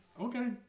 Okay